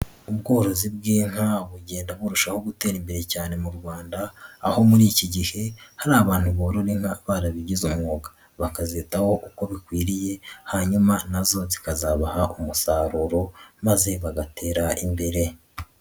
Ubworozi bw'inka bugenda burushaho gutera imbere cyane mu Rwanda, aho muri iki gihe hari abantu boroye inka barabigize umwuga bakazitaho uko bikwiriye, hanyuma na zo zikazabaha umusaruro maze bagatera imbere.